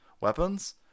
weapons